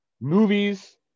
movies